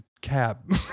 cab